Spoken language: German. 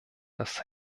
das